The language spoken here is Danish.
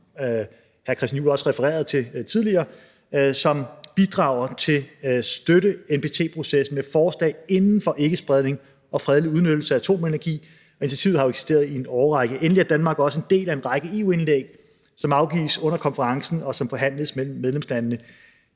som hr. Christian Juhl også refererede til tidligere, som bidrager til at støtte NPT-processen med forslag inden for ikkespredning og fredelig udnyttelse af atomenergi. Initiativet har eksisteret i en årrække. Endelig er Danmark også en del af den række EU-indlæg, som afgives under konferencen, og som behandles mellem medlemslandene.